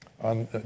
on